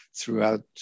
throughout